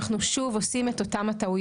אם העלייה הזאת תיקלט,